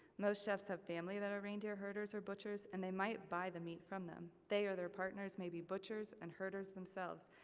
most chefs have family that are reindeer herders or butchers, and they might buy the meat from them. they or their partners may be butchers and herders themselves,